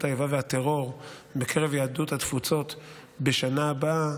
האיבה והטרור בקרב יהדות התפוצות בשנה הבאה,